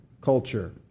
culture